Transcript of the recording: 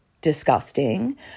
disgusting